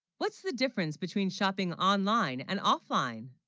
what's the difference between shopping online and offline